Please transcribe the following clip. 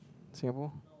Singapore